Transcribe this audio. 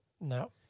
No